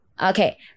Okay